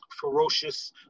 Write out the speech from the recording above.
ferocious